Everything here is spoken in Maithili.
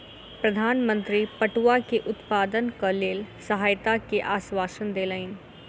प्रधान मंत्री पटुआ के उत्पादनक लेल सहायता के आश्वासन देलैन